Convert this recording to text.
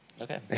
Okay